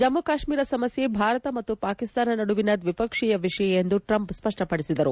ಜಮ್ನು ಕಾಶ್ವೀರ ಸಮಸ್ನೆ ಭಾರತ ಮತ್ತು ಪಾಕಿಸ್ತಾನ ನಡುವಿನ ದ್ವಿಪಕ್ಷೀಯ ವಿಷಯ ಎಂದು ಟ್ರಂಪ್ ಸ್ಪಷ್ಟಪಡಿಸಿದರು